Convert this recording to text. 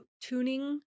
tuning